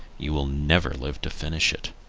you will never live to finish it.